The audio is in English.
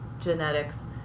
genetics